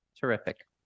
Terrific